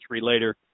later